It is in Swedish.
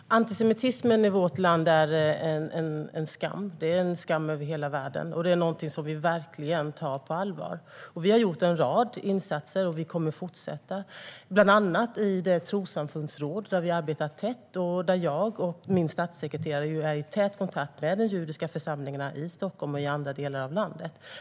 Herr talman! Antisemitismen i vårt land är en skam. Den är en skam över hela världen. Och det är någonting som vi verkligen tar på allvar. Vi har gjort en rad insatser - och vi kommer att fortsatta med det - bland annat i det trossamfundsråd där jag och min statssekreterare är i tät kontakt med de judiska församlingarna i Stockholm och i andra delar av landet.